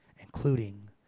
including